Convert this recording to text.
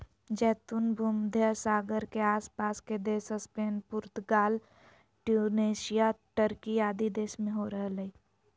जैतून भूमध्य सागर के आस पास के देश स्पेन, पुर्तगाल, ट्यूनेशिया, टर्की आदि देश में हो रहल हई